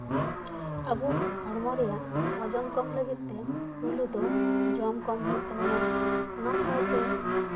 ᱟᱵᱚ ᱦᱚᱲᱢᱚ ᱨᱮᱭᱟᱜ ᱚᱡᱚᱱ ᱠᱚᱢ ᱞᱟᱹᱜᱤᱫ ᱛᱮ ᱯᱩᱭᱞᱩ ᱫᱚ ᱡᱚᱢ ᱠᱚᱢ ᱦᱩᱭᱩᱜ ᱛᱟᱵᱚᱱᱟ ᱚᱱᱟ ᱥᱟᱶᱛᱮ